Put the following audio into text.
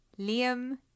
Liam